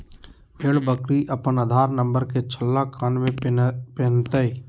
भेड़ बकरी अपन आधार नंबर के छल्ला कान में पिन्हतय